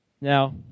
Now